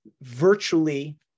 virtually